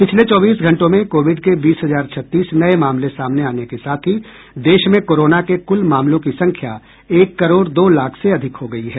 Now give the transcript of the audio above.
पिछले चौबीस घंटों में कोविड के बीस हज़ार छत्तीस नये मामले सामने आने के साथ ही देश में कोरोना के कुल मामलों की संख्या एक करोड़ दो लाख से अधिक हो गई है